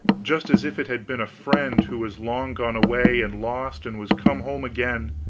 just as if it had been a friend who was long gone away and lost, and was come home again.